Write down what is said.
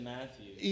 Matthew